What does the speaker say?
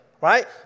right